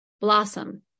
blossom